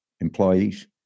employees